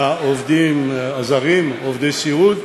לעובדים הזרים, עובדי הסיעוד,